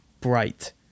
bright